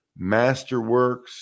Masterworks